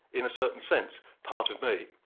in a certain sense, part of me.